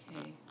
Okay